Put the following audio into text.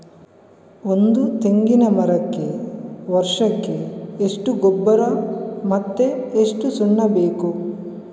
ಒಂದು ತೆಂಗಿನ ಮರಕ್ಕೆ ವರ್ಷಕ್ಕೆ ಎಷ್ಟು ಗೊಬ್ಬರ ಮತ್ತೆ ಎಷ್ಟು ಸುಣ್ಣ ಬೇಕು?